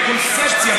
בקונספציה,